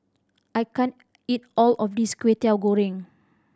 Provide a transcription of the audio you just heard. I can't eat all of this Kway Teow Goreng